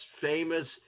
famous